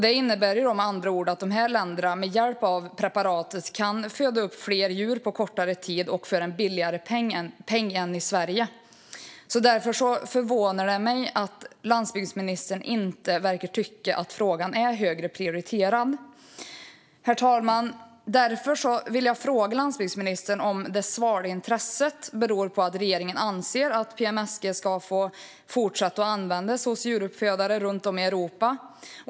Det innebär med andra ord att dessa länder med hjälp av preparatet kan föda upp fler djur på kortare tid och för en billigare peng än vad man kan göra i Sverige. Därför förvånar det mig att landsbygdsministern inte verkar tycka att frågan är högre prioriterad. Därför vill jag fråga landsbygdsministern om det svala intresset beror på att regeringen anser att PMSG ska få fortsätta att användas hos djuruppfödare runt om i Europa.